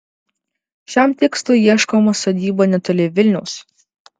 šiam tikslui ieškoma sodyba netoli vilniaus